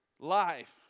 Life